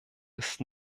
ist